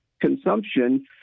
consumption